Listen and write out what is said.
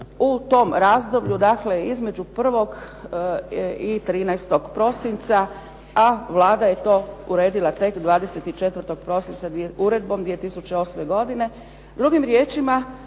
u tom razdoblju, dakle između 1. i 13. prosinca. A Vlada je to uredila tek 24. prosinca uredbom 2008. godine.